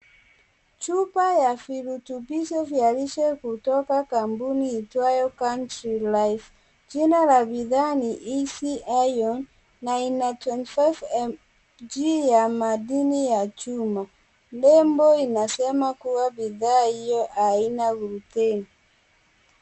Chupa ya virutubisho vya lishe kutoka kampuni itwaye Country Life, jina la bidhaa ni Easy Iron na ina twenty five mg ya madini ya chuma . Lebo inasema kuwa bidhaa hio haina gluteni.